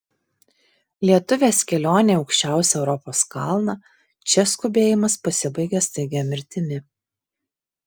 lietuvės kelionė į aukščiausią europos kalną čia skubėjimas pasibaigia staigia mirtimi